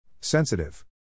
Sensitive